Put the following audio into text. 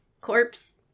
corpse